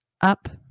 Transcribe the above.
up